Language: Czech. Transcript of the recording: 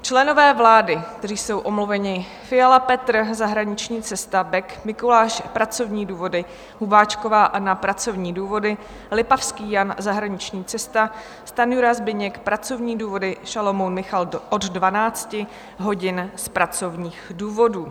Členové vlády, kteří jsou omluvení: Fiala Petr zahraniční cesta, Bek Mikuláš pracovní důvody, Hubáčková Anna pracovní důvody, Lipavský Jan zahraniční cesta, Stanjura Zbyněk pracovní důvody, Šalomoun Michal od 12 hodin z pracovních důvodů.